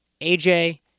AJ